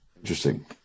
Interesting